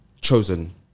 chosen